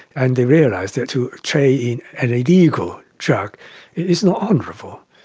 and they realised that to trade in an illegal drug is not honourable,